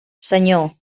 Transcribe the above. senyor